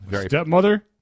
Stepmother